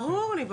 ברור לי.